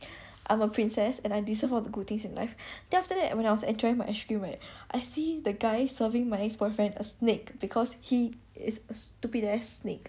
I'm a princess and I deserve all the good things in life then after that when I was enjoying my ice cream right I see the guy serving my ex boyfriend a snake because he is a stupid ass snake